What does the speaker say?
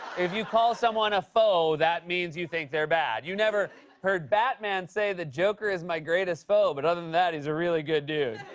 if you call someone a foe, that means you think they're bad. you never heard batman say the joker is my greatest foe, but other than that, he's a really good dude.